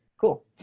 cool